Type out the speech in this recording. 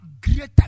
greater